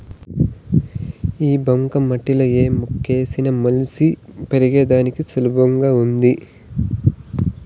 ఈ బంక మట్టిలా ఏ మొక్కేసిన మొలిసి పెరిగేదానికి సులువుగా వుంటాది